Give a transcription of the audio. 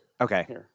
okay